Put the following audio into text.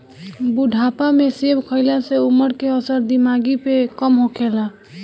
बुढ़ापा में सेब खइला से उमर के असर दिमागी पे कम होखेला